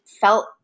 felt